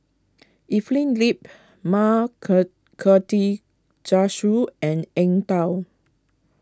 Evelyn Lip Ma Karthigesu and Eng Tow